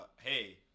hey